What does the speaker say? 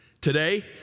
Today